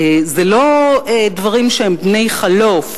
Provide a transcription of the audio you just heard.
אלה לא דברים שהם בני-חלוף.